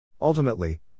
Ultimately